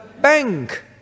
bank